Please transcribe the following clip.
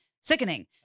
sickening